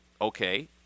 Okay